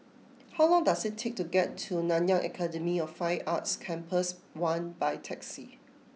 how long does it take to get to Nanyang Academy of Fine Arts Campus One by taxi